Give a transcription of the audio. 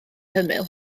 hymyl